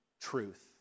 truth